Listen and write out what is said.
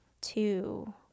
two